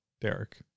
Derek